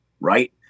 right